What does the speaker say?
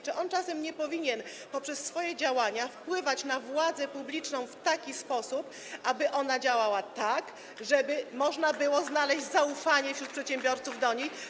Czy on czasem nie powinien poprzez swoje działania wpływać na władzę publiczną w taki sposób, aby ona działała tak, żeby można było znaleźć zaufanie wśród przedsiębiorców do nich.